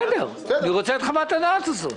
בסדר, אני רוצה את חוות הדעת הזאת.